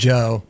Joe